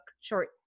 short